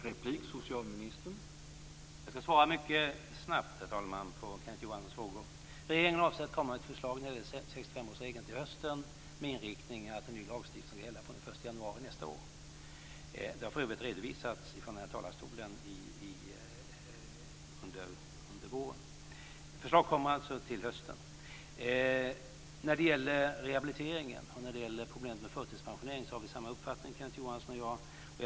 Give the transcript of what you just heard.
Herr talman! Jag ska svara mycket snabbt på Kenneth Johanssons frågor. Regeringen avser att lägga fram ett förslag till 65-årsregel till hösten, med inriktning att en ny lagstiftning ska gälla fr.o.m. den 1 januari nästa år. Det har för övrigt redovisats från den här talarstolen under våren. När det gäller rehabiliteringen och problemet med förtidspensioneringen har Kenneth Johansson och jag samma uppfattning.